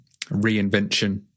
reinvention